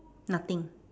nothing